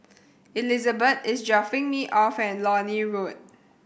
Elizabet is dropping me off at Lornie Road